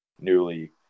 newly